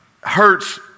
hurts